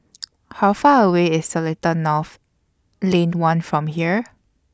How Far away IS Seletar North Lane one from here